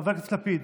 חבר הכנסת לפיד.